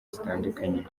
zitandukanye